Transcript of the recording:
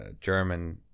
German